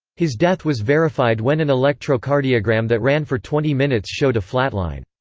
his death was verified when an electrocardiogram that ran for twenty minutes showed a flatline.